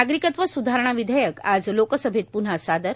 नागरिकत्व स्धारणा विधेयक आज लोकसभेत प्न्हा सादर